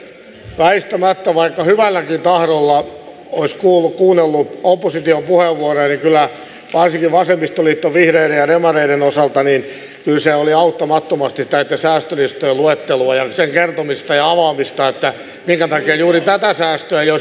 väistämättä vaikka hyvälläkin tahdolla olisi kuunnellut opposition puheenvuoroja se varsinkin vasemmistoliiton vihreiden ja demareiden osalta oli auttamattomasti säästölistojen luetteloa ja sen kertomista ja avaamista että minkä takia juuri tätä säästöä ei olisi pitänyt tehdä